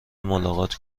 ملاقات